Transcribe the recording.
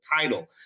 title